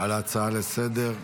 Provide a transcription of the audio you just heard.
על ההצעה לסדר-היום.